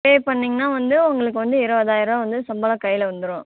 பே பண்ணீங்கன்னா வந்து உங்களுக்கு வந்து இருவதாயரூவா வந்து சம்பளம் கையில் வந்துரும்